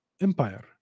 Empire